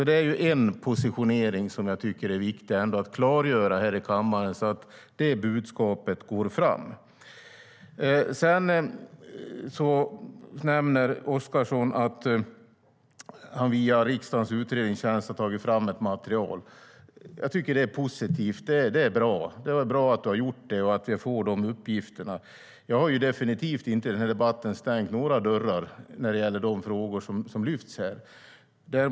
Det är en positionering som är viktig att klargöra i kammaren så att det budskapet går fram. Jag har i denna debatt inte stängt några dörrar vad gäller de frågor som lyfts fram här.